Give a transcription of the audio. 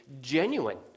genuine